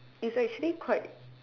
it's actually quite